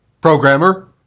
programmer